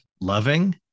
loving